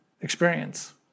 experience